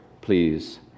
please